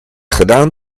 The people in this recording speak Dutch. gedaan